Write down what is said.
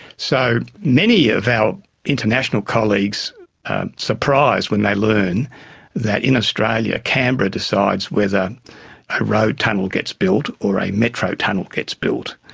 so, many of our international colleagues are surprised when they learn that in australia canberra decides whether a road tunnel gets built or a metro tunnel gets built.